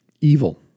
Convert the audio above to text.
evil